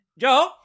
Joe